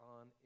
on